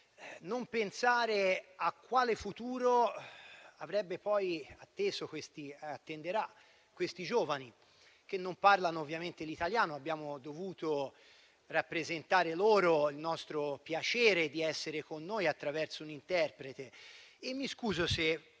non pensare a quale futuro attenderà questi giovani, che non parlano ovviamente l'italiano: abbiamo dovuto rappresentare il nostro piacere di essere con loro attraverso un interprete.